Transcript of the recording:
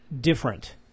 different